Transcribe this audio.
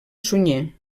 sunyer